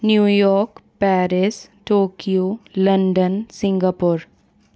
New York Paris Tokyo London Singapore